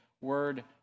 word